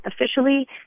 officially